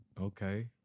Okay